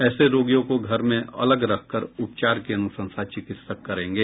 ऐसे रोगियों को घर में अलग रखकर उपचार की अनुशंसा चिकित्सक करेंगे